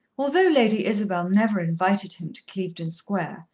although lady isabel never invited him to clevedon square,